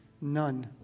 none